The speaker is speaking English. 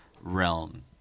realm